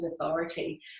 authority